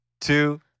two